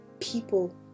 people